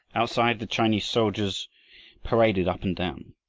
outside the chinese soldiers paraded up and down.